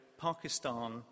Pakistan